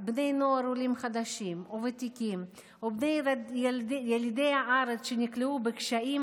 בני נוער עולים חדשים או ותיקים או בני ילידי הארץ שנקלעו לקשיים